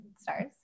stars